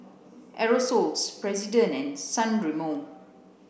Aerosoles President and San Remo